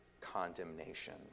condemnation